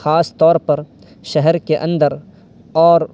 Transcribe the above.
خاص طور پر شہر کے اندر اور